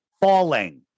falling